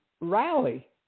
rally